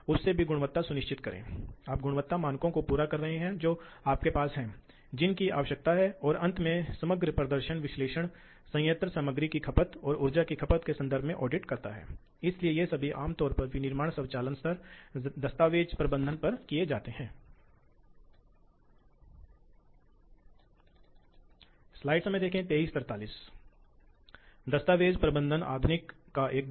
इसी प्रकार आप केवल यह समझाने के लिए देखते हैं कि यह बॉल स्क्रू है इसलिए आपके पास स्लाइड पर वजन है और आपके पास विभिन्न घर्षण बल संख्या 1 संख्या 2 आपके पास कटिंग बल है इसलिए ये सभी बल उत्पन्न करने वाले हैं इस तंत्र के माध्यम से पेंच पर लोड टॉर्क के रूप में परिलक्षित होने वाला